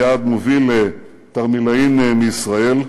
היא יעד מוביל לתרמילאים מישראל.